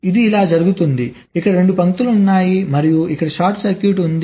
ఇది ఇలా జరుగుతుందిఇక్కడ 2 పంక్తులు ఉన్నాయి మరియు ఇక్కడ షార్ట్ సర్క్యూట్ ఉంది